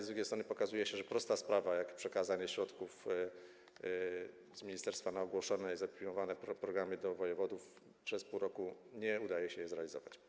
Z drugiej strony pokazuje się, że gdy jest prosta sprawa, jak przekazanie środków z ministerstwa na ogłoszone i zaopiniowane programy do wojewodów, to przez pół roku nie udaje się jej zrealizować.